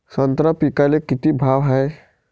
संत्रा पिकाले किती भाव हाये?